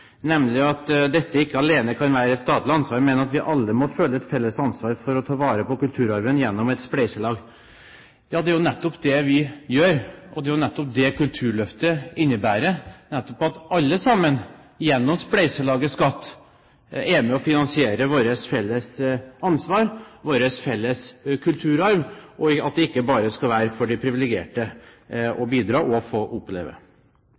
nemlig at dette ikke alene kan være et statlig ansvar, men at vi alle må føle et felles ansvar for å ta vare på kulturarven gjennom et spleiselag. Ja, det er jo nettopp det vi gjør, og det er jo nettopp det Kulturløftet innebærer, at alle sammen gjennom spleiselaget skatt er med på å finansiere vårt felles ansvar, vår felles kulturarv, og at det ikke bare skal være for de privilegerte å bidra og få oppleve.